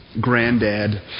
Granddad